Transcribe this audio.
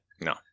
No